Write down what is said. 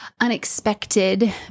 unexpected